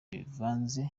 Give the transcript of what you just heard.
bivanze